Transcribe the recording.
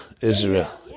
Israel